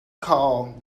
called